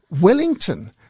Wellington